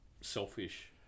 selfish